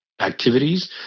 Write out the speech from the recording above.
activities